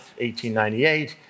1898